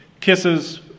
kisses